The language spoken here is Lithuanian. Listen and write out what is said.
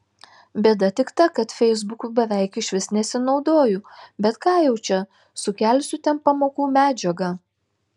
bėda tik ta kad feisbuku beveik išvis nesinaudoju bet ką jau čia sukelsiu ten pamokų medžiagą